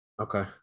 Okay